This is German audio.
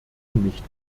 nicht